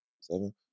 seven